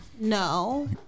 No